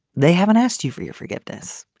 they haven't asked you for your forgiveness.